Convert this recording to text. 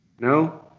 No